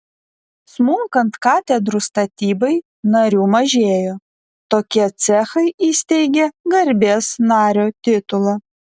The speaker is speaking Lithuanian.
smunkant katedrų statybai narių mažėjo tokie cechai įsteigė garbės nario titulą